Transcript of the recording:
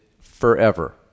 forever